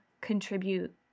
contribute